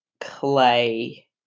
Clay